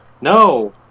No